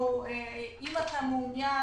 אם אתה מעוניין,